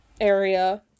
area